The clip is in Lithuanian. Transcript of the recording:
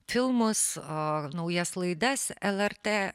filmus o naujas laidas lrt